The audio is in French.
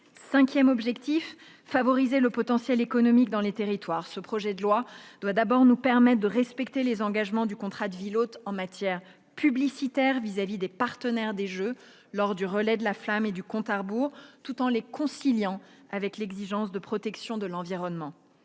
cinquième objectif est de favoriser le potentiel économique dans les territoires. À ce titre, ce projet de loi doit d'abord nous permettre de respecter les engagements du contrat de ville hôte en matière publicitaire vis-à-vis des partenaires des Jeux, lors du relais de la flamme et du compte à rebours, tout en les conciliant avec l'exigence de protection de l'environnement.